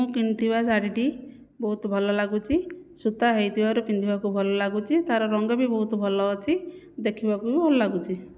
ମୁଁ କିଣିଥିବା ଶାଢ଼ୀଟି ବହୁତ ଭଲଲାଗୁଛି ସୁତା ହୋଇଥିବାରୁ ପିନ୍ଧିବାକୁ ଭଲଲାଗୁଛି ତା'ର ରଙ୍ଗବି ବହୁତ ଭଲ ଅଛି ଦେଖିବାକୁ ବି ଭଲଲାଗୁଛି